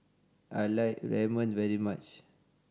I like Ramen very much